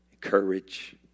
courage